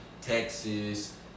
Texas